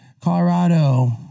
Colorado